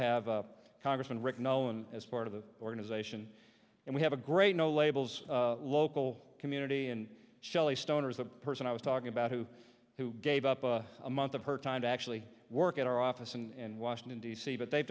have a congressman rick known as part of the organization and we have a great no labels local community and shelley stone as the person i was talking about who who gave up a month of her time to actually work at our office in washington d c but they've